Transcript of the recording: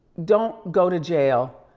don't go to jail.